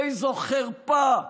איזו חרפה.